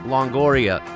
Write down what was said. Longoria